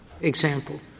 example